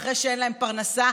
אחרי שאין להם פרנסה.